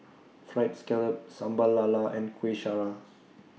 Fried Scallop Sambal Lala and Kuih Syara